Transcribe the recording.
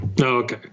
okay